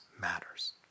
matters